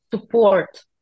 support